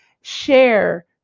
share